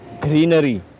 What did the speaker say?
greenery